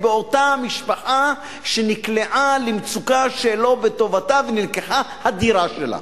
באותה משפחה שנקלעה למצוקה שלא בטובתה ונלקחה הדירה שלה.